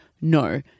no